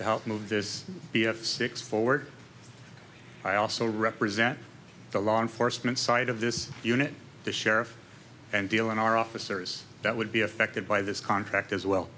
to help move this six forward i also represent the law enforcement side of this unit the sheriff and deal and our officers that would be affected by this contract as well